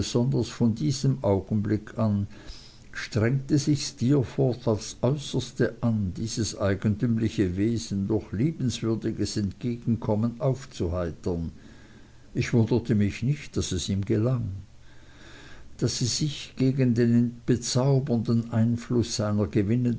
von diesem augenblick an strengte sich steerforth aufs äußerste an dieses eigentümliche wesen durch liebenswürdiges entgegenkommen aufzuheitern ich wunderte mich nicht daß es ihm gelang daß sie sich gegen den bezaubernden einfluß seiner gewinnenden